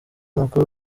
amakuru